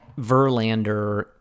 Verlander